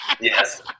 Yes